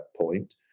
point